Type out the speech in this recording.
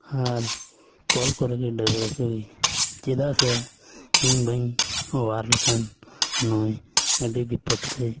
ᱟᱨ ᱠᱚᱞ ᱠᱚᱨᱮ ᱜᱮ ᱰᱟᱹᱵᱽᱨᱟᱹ ᱦᱚᱪᱚᱭ ᱪᱮᱫᱟᱜ ᱥᱮ ᱤᱧ ᱵᱟᱹᱧ ᱚᱣᱟᱨ ᱞᱮᱠᱷᱟᱱ ᱱᱩᱭ ᱟᱹᱰᱤ ᱵᱤᱯᱚᱫᱽᱨᱮᱭ